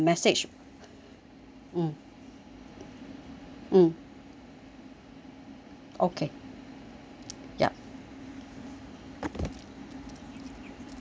mm mm okay yup